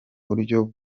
buryo